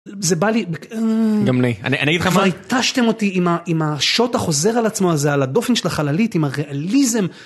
- זה בא לי, - גם לי, - אני אני אגיד לך מה - כבר התשתם אותי אותי עם השוט החוזר על עצמו הזה, על הדופן של החללית, עם הריאליזם.